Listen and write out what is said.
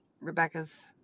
Rebecca's